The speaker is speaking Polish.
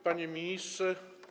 Panie Ministrze!